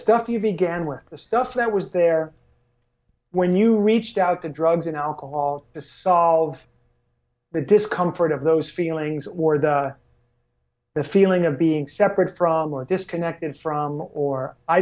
stuff you began work the stuff that was there when you reached out to drugs and alcohol to solve the discomfort of those feelings or the the feeling of being separate from or disconnected from or i